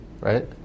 right